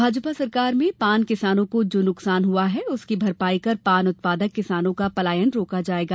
भाजपा सरकार में पान किसानों को जो नुकसान पहुंचा है उसकी भरपाई कर पान उत्पादक किसानों का पलायन रोका जायेगा